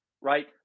right